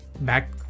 back